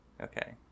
okay